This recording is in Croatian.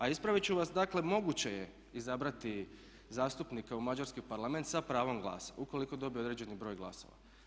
A ispravit ću vas, dakle moguće je izabrati zastupnika u mađarski Parlament sa pravom glasa ukoliko dobije određeni broj glasova.